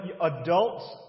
adults